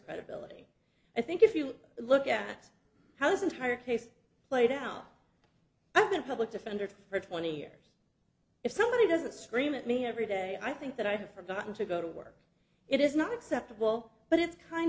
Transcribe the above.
credibility i think if you look at how this entire case played out and the public defender for twenty years if somebody doesn't scream at me every day i think that i have forgotten to go to work it is not acceptable but it's kind